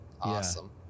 Awesome